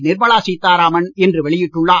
நிர்மலா சீதாராமன் இன்று வெளியிட்டுள்ளார்